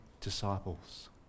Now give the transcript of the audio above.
disciples